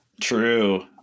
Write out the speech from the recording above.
True